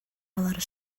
алар